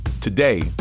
Today